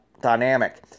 dynamic